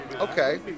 Okay